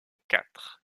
quatre